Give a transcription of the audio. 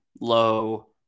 low